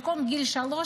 במקום גיל שלוש,